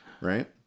right